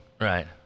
Right